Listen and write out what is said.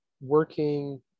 working